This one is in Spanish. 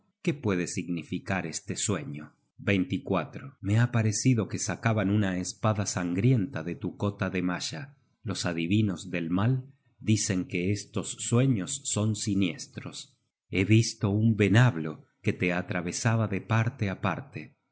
qué puede significar este sueño me ha parecido que sacaban una espada sangrienta de tu cota de malla los adivinos del mal dicen que estos sueños son siniestros he t ragnaroeker ó el fin del mundo content from google book search generated at visto un venablo que te atravesaba de parte á parte